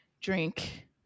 drink